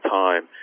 time